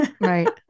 right